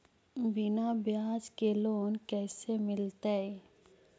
बिना ब्याज के लोन कैसे मिलतै?